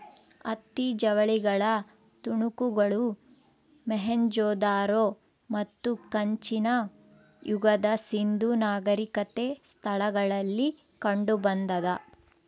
ಹತ್ತಿ ಜವಳಿಗಳ ತುಣುಕುಗಳು ಮೊಹೆಂಜೊದಾರೋ ಮತ್ತು ಕಂಚಿನ ಯುಗದ ಸಿಂಧೂ ನಾಗರಿಕತೆ ಸ್ಥಳಗಳಲ್ಲಿ ಕಂಡುಬಂದಾದ